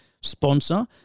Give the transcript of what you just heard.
sponsor